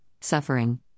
suffering